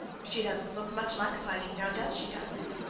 she doesn't look much like fighting, now, does she, diamond?